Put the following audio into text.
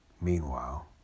Meanwhile